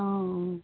অ